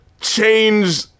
change